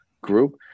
group